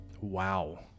wow